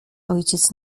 ojciec